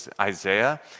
Isaiah